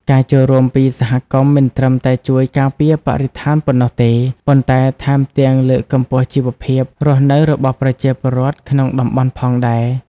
ការចូលរួមពីសហគមន៍មិនត្រឹមតែជួយការពារបរិស្ថានប៉ុណ្ណោះទេ ប៉ុន្តែថែមទាំងលើកកម្ពស់ជីវភាពរស់នៅរបស់ប្រជាពលរដ្ឋក្នុងតំបន់ផងដែរ។